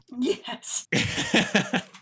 Yes